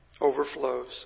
overflows